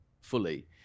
fully